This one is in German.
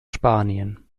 spanien